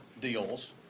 deals